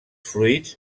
fruits